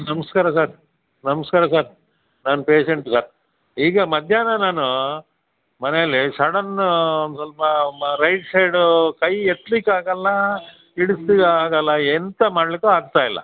ನಮಸ್ಕಾರ ಸರ್ ನಮಸ್ಕಾರ ಸರ್ ನಾನು ಪೇಶಂಟ್ ಸರ್ ಈಗ ಮದ್ಯಾಹ್ನ ನಾನು ಮನೆಯಲ್ಲಿ ಸಡನ್ ಸ್ವಲ್ಪ ಮ ರೈಟ್ ಸೈಡು ಕೈ ಎತ್ಲಿಕ್ಕೆ ಆಗೋಲ್ಲ ಇಳಿಸ್ಲಿಕ್ಕೆ ಆಗೋಲ್ಲ ಎಂತ ಮಾಡಲಿಕ್ಕೂ ಆಗ್ತಾಯಿಲ್ಲ